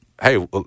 Hey